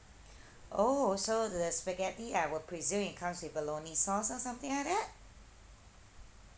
oh so the spaghetti I would presume it comes with bolognese sauce or something like that